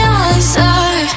answer